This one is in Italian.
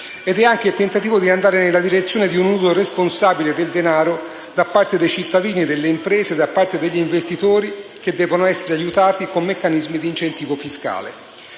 anche il tentativo di andare nella direzione di un uso responsabile del denaro da parte dei cittadini, delle imprese e degli investitori che devono essere aiutati con meccanismi di incentivo fiscale.